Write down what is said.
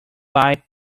buy